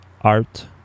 art